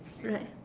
right